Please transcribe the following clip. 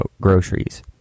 groceries